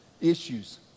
issues